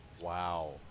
Wow